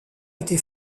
été